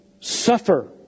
suffer